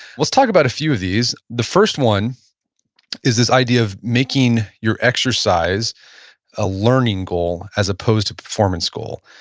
let's talk about a few of these. the first one is this idea of making your exercise a learning goal, as opposed to a performance goal.